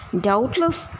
doubtless